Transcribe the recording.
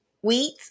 wheat